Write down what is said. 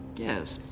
yes,